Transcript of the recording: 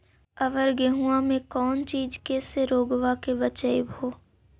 अबर गेहुमा मे कौन चीज के से रोग्बा के बचयभो?